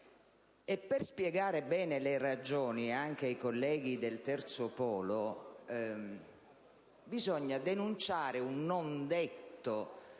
Per spiegare bene le ragioni, anche ai colleghi del Terzo polo, bisogna denunciare un non detto,